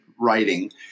writing